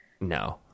No